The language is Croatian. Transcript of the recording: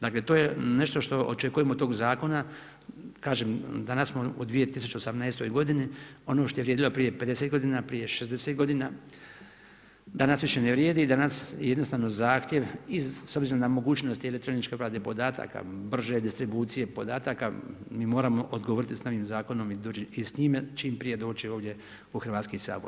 Dakle, to je nešto što očekujemo od tog zakona, kažem, danas smo u 2018.g. ono što je vrijedilo prije50 g., prije 60 g. danas više ne vrijedi, danas jednostavno zahtjev iz i s obzirom na mogućnosti elektroničke obrade podataka, brže distribucije podataka, mi moramo odgovoriti sa novim zakonom i s njime čim prije doći ovdje u Hrvatski sabor.